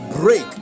break